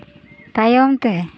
ᱛᱟᱭᱚᱢ ᱛᱮ